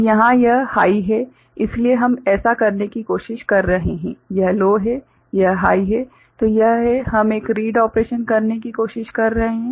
तो यहाँ यह हाइ है इसलिए हम ऐसा करने की कोशिश कर रहे हैं यह लो है यह हाइ है तो यह है कि हम एक रीड ऑपरेशन करने की कोशिश कर रहे हैं